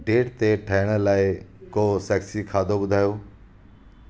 date ते ठाहिण लाइ को सेक्सी खाधो ॿुधायो